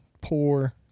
Poor